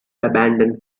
abandon